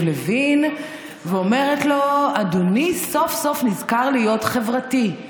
לוין ואומרת לו: אדוני סוף-סוף נזכר להיות חברתי.